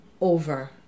over